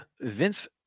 Vince